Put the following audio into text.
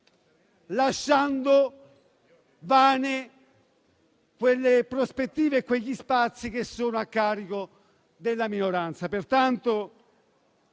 lasciando vane le prospettive e quegli spazi a carico della minoranza.